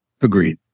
Agreed